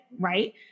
right